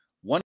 One